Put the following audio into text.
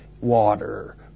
water